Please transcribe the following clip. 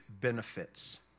benefits